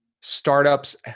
startups